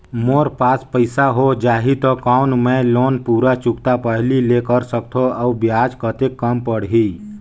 मोर पास पईसा हो जाही त कौन मैं लोन पूरा चुकता पहली ले कर सकथव अउ ब्याज कतेक कम पड़ही?